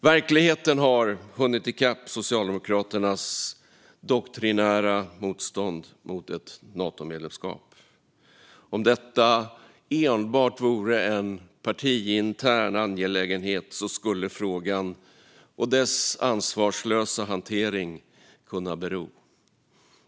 Verkligheten har hunnit i kapp Socialdemokraternas doktrinära motstånd mot ett Natomedlemskap. Om detta enbart vore en partiintern angelägenhet skulle frågan och dess ansvarslösa hantering kunna bero.